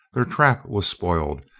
their trap was spoiled,